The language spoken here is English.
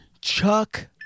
chuck